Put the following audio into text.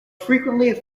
frequently